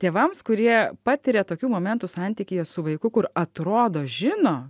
tėvams kurie patiria tokių momentų santykyje su vaiku kur atrodo žino